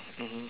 mmhmm